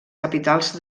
capitals